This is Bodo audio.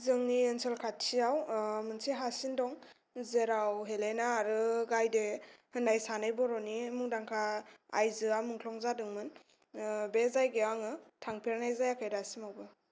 जोंनि ओनसोल खाथियाव मोनसे हासिन दं जेराव हेलेना आरो गायदे होननाय सानै बर'नि मुंदांखा आइजोआ मुंख्लं जादोंमोन बे जायगायाव आङो थांफेरनाय जायाखै दासिमबो